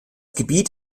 gebiet